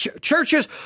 churches